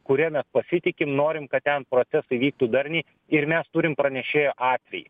kuria mes pasitikim norim kad ten procesai vyktų darniai ir mes turim pranešėjo atvejį